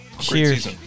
Cheers